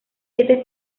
siete